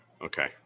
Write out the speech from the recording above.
Okay